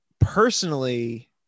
personally